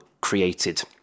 created